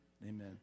Amen